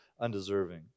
undeserving